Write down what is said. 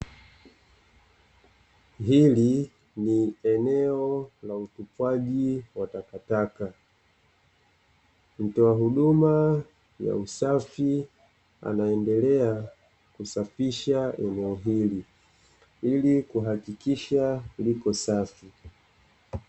Hili ni eneo la utupwaji wa takataka. Mtoa huduma ya usafi anandelea kusafisha eneo hili ili kuhakikisha lipo safi.